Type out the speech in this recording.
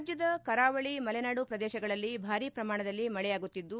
ರಾಜ್ಯದ ಕರಾವಳಿ ಮಲೆನಾಡು ಪ್ರದೇಶಗಳಲ್ಲಿ ಭಾರಿ ಪ್ರಮಾಣದಲ್ಲಿ ಮಳೆಯಾಗುತ್ತಿದ್ದು